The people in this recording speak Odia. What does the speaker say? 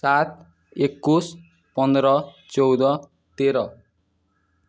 ସାତ ଏକୋଇଶ ପନ୍ଦର ଚଉଦ ତେର